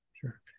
sure